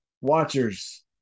watchers